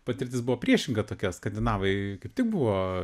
patirtis buvo priešinga tokia skandinavai kaip tik buvo